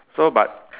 so but